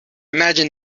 imagine